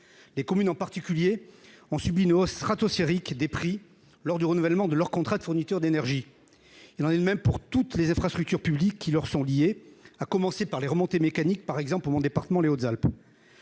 les communes en particulier ont subi nos stratosphériques des prix lors du renouvellement de leur contrat de fourniture d'énergie, il en est le même pour toutes les infrastructures publiques qui leur sont liés, à commencer par les remontées mécaniques, par exemple, pour mon département, les Hautes-Alpes